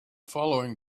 following